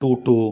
টোটো